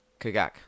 Kagak